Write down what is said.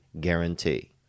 guarantee